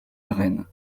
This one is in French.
rennes